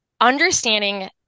understanding